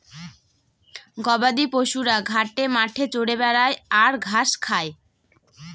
গবাদি পশুরা ঘাটে মাঠে চরে বেড়ায় আর ঘাস খায়